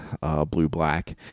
blue-black